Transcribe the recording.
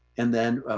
and then,